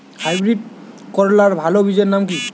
Hybrid করলার ভালো বীজের নাম কি?